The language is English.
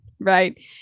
right